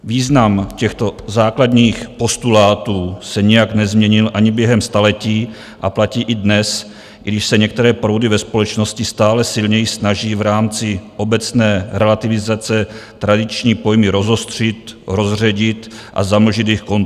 Význam těchto základních postulátů se nijak nezměnil ani během staletí a platí i dnes, i když se některé proudy ve společnosti stále silněji snaží v rámci obecné relativizace tradiční pojmy rozostřit, rozředit a zamlžit jejich kontury.